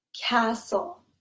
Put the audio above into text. castle